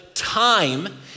Time